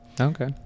okay